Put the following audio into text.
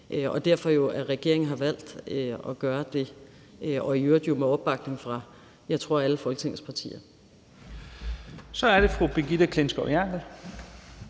derfor, regeringen jo har valgt at gøre det, og i øvrigt jo med opbakning fra, jeg tror alle Folketingets partier.